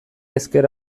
ezker